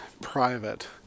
private